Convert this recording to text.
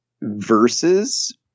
versus